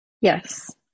Yes